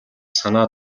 санаа